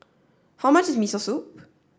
how much is Miso Soup